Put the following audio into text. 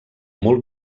molt